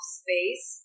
space